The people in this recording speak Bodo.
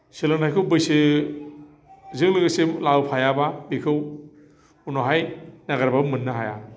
सोलोंथायखौ बैसोजों लोगोसे लाबोफायाबा बेखौ उनावहाय नागिरबाबो मोननो हाया